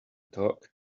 talk